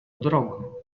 drogo